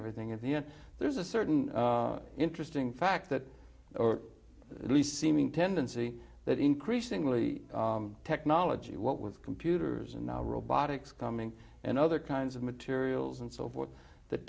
everything at the end there's a certain interesting fact that or at least seeming tendency that increasingly technology what with computers and now robotics coming and other kinds of materials and so forth that